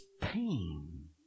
pain